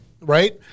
right